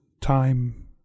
time